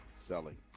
selling